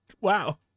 wow